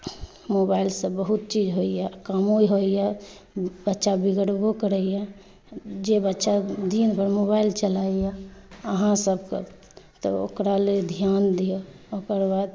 मोबाइलसँ बहुत चीज होइए कामो होइए बच्चा बिगड़बो करैए जे बच्चा दिन भरि मोबाइल चलाबैए अहाँ सभके तऽ ओकरा लेल ध्यान दिऔ ओकर बाद